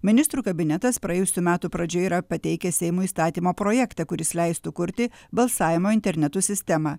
ministrų kabinetas praėjusių metų pradžioje yra pateikęs seimui įstatymo projektą kuris leistų kurti balsavimo internetu sistemą